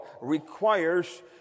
requires